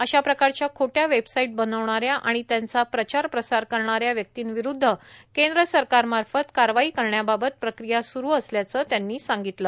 अशा प्रकारच्या खोटया वेबसाइट बनविणाऱ्या आणि त्यांचा प्रचार प्रसार करणाऱ्या व्यक्तीविरुध्द केंद्र सरकारमार्फत कारवाई करण्याबाबत प्रक्रिया स्रु असल्याच त्यांनी सांगितलं